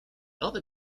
other